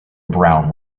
brown